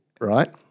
Right